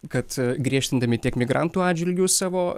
kad griežtindami tiek migrantų atžvilgiu savo